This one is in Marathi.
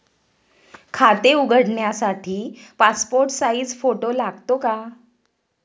खाते उघडण्यासाठी पासपोर्ट साइज फोटो लागतो का?